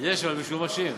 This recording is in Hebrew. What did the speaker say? יש, אבל משומשים.